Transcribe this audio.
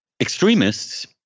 extremists